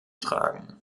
tragen